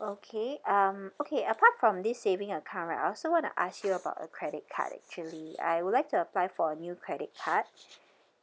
okay um okay apart from this saving account right I also want to ask you about a credit card actually I would like to apply for a new credit card